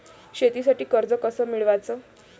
शेतीसाठी कर्ज कस मिळवाच?